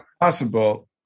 possible